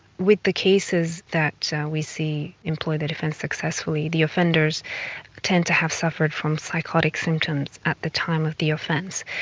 with the cases that we see employ the defence successfully, the offenders tend to have suffered from psychotic symptoms at the time of the offence,